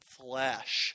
flesh